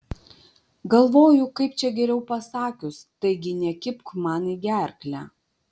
galvoju kaip čia geriau pasakius taigi nekibk man į gerklę